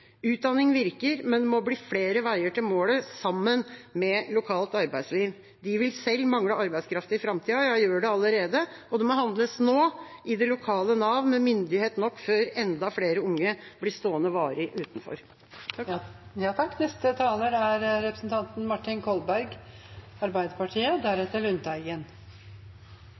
Utdanning virker, men det må bli flere veier til målet, sammen med lokalt arbeidsliv. De vil selv mangle arbeidskraft i framtida, ja, de gjør det allerede. Og det må handles nå, i det lokale Nav, med myndighet nok, før enda flere unge blir stående varig